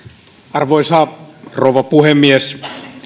arvoisa rouva puhemies